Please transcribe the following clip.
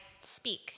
speak